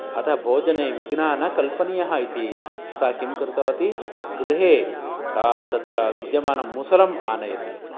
अतः भोजने विघ्नः न कल्पनीयः इति सा किं कृतवति गृहे तत्र विद्यमान मुसलं आनयति